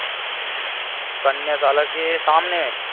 कन्या साला के सामने